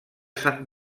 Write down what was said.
san